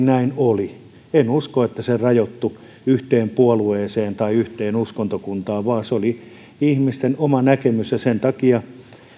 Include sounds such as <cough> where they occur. <unintelligible> näin oli en usko että se rajoittui yhteen puolueeseen tai yhteen uskontokuntaan vaan se oli ihmisten oma näkemys ja sen takia